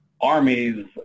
armies